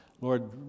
Lord